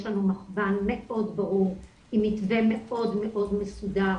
יש לנו מכוון מאוד ברור עם מתווה מאוד מסודר,